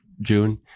June